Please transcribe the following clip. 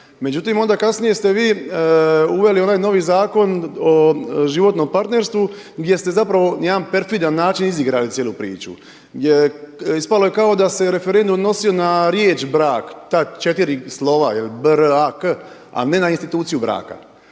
Međutim, onda kasnije ste vi uveli onaj novi Zakon o životnom partnerstvu, gdje ste zapravo na jedan perfidan način izigrali cijelu priču. Ispalo je kao da se referendum odnosi na riječ „brak“, ta četiri slova je li brak, a ne na instituciju braka.